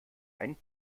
ein